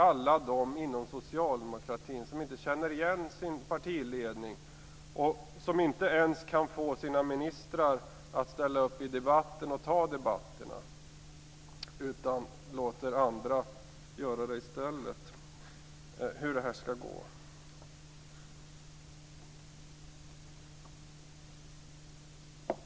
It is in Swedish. Alla de inom socialdemokratin som inte känner igen sin partiledning och som inte ens kan få sina ministrar att ställa upp i debatten och ta debatten utan låter andra göra det i stället kanske också undrar hur det här skall gå.